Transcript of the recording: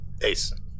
Ace